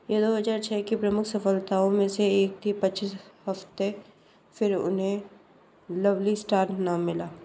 यह दो हज़ार छः की प्रमुख सफलताओं में से एक थी पच्चीस हफ़्ते फ़िर उन्हें लवली स्टार नाम मिला